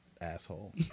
asshole